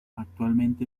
actualmente